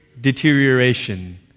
deterioration